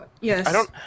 Yes